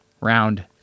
round